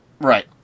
right